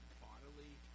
bodily